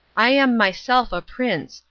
i am myself a prince,